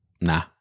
nah